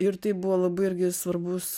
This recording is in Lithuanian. ir tai buvo labai irgi svarbus